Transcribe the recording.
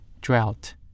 drought